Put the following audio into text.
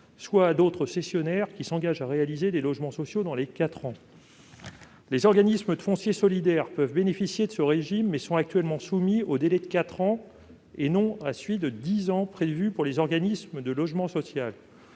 soit à d'autres cessionnaires qui s'engagent à réaliser des logements sociaux dans les quatre ans. Les organismes de foncier solidaire peuvent bénéficier de ce régime, mais sont actuellement soumis au délai de quatre ans, et non à celui de dix ans prévu pour les organismes de logement social.